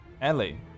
Ellie